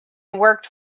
worked